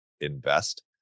invest